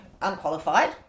unqualified